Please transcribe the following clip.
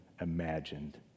imagined